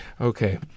Okay